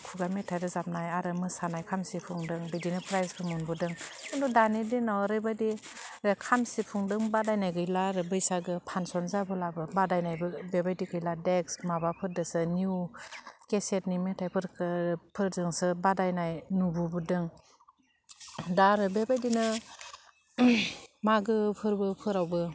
खुगा मेथाइ रोजाबनाय आरो मोसानाय खाम सिफुदों बिदिनो फ्राइसबो मोनबोदों खिन्थु दानि दिनाव ओरैबायदि खाम सिफुंदों बादायलायनाय गैला आरो बैसागो फानसन जाबोलाबो बादायनायबो बेबायदि गैला देक्स माबफोरदोसो निउ केसेटनि मेथाइफोरखो फोरजोंसो बादायनाय नुबोदों दा आरो बेबायदिनो मागो फोरबो फोराववो